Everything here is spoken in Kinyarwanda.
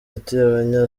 ati